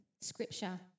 Scripture